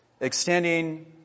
extending